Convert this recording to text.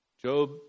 Job